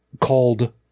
called